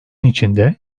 içinde